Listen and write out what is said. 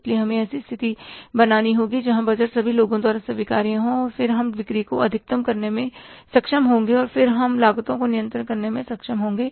इसलिए हमें ऐसी स्थिति बनानी होगी जहां बजट सभी लोगों द्वारा स्वीकार्य हो और फिर हम बिक्री को अधिकतम करने में सक्षम होंगे और फिर हम लागतों को नियंत्रण में रखने में सक्षम होंगे